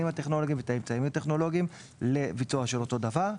והאמצעים הטכנולוגיים לביצוע של אותו הדבר,